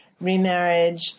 remarriage